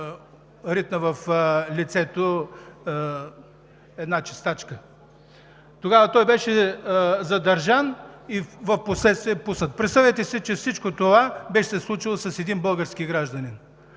ритна в лицето една чистачка. Тогава той беше задържан и в последствие пуснат. Представете си, че всичко това се беше случило с един български гражданин